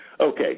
Okay